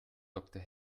doktor